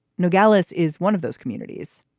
nogales is one of those communities.